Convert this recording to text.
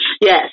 Yes